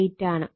8 ആണ്